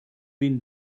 been